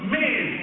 men